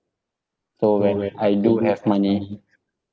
so when I do have money